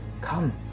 come